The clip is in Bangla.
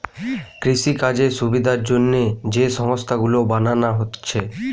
কৃষিকাজের সুবিধার জন্যে যে সংস্থা গুলো বানানা হচ্ছে